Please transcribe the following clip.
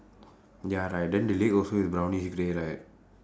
ya right then the leg also is brownish grey right